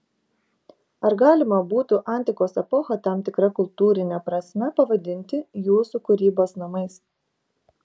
ar galima būtų antikos epochą tam tikra kultūrine prasme pavadinti jūsų kūrybos namais